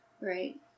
Right